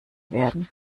werden